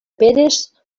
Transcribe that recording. peres